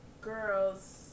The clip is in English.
Girls